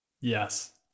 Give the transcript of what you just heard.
yes